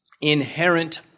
inherent